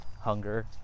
hunger